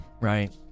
right